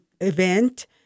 event